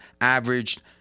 averaged